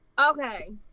okay